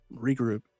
regroup